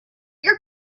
your